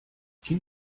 can